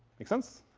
makes sense?